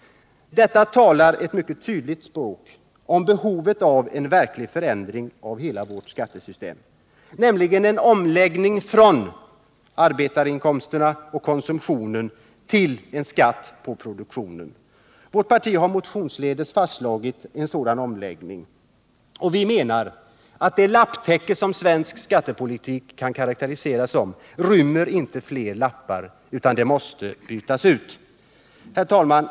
Detta visar på ett mycket tydligt sätt behovet av en verklig förändring av hela vårt skattesystem, nämligen en omläggning från skatt på arbetsinkomster och konsumtion till skatt på produktionen. Vårt parti har motionsledes föreslagit en sådan omläggning. Vi menar att det lapptäcke som karakteriserar svensk skattepolitik inte rymmer fler lappar utan måste bytas ut. Herr talman!